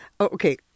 okay